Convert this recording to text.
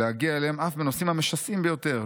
להגיע אליהם אף בנושאים המשסעים ביותר.